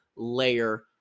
layer